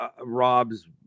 Rob's